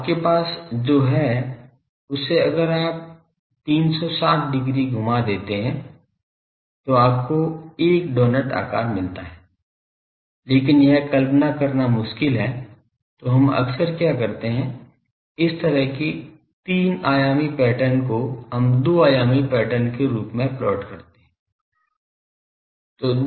तो आपके पास जो है उसे अगर आप 360 डिग्री घुमा देते हैं तो आपको एक डोनट आकार मिलता है लेकिन यह कल्पना करना मुश्किल है तो हम अक्सर क्या करते हैं इस तरह के तीन आयामी पैटर्न को हम दो आयामी पैटर्न के रूप में प्लॉट करते हैं